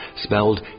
spelled